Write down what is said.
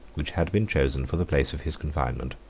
which had been chosen for the place of his confinement.